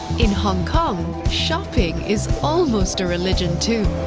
in hong kong, shopping is almost a religion too!